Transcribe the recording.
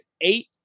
eight